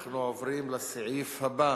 אנחנו עוברים לסעיף הבא